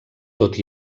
tot